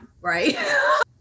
right